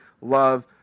love